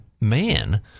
man